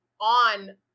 on